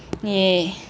yeah